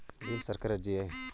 ಭೀಮ್ ಸರ್ಕಾರಿ ಅರ್ಜಿಯೇ?